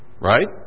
Right